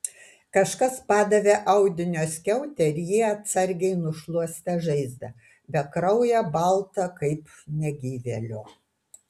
kažkas padavė audinio skiautę ir ji atsargiai nušluostė žaizdą bekrauję baltą kaip negyvėlio